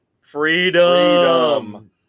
Freedom